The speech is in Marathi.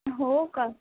हो का